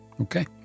Okay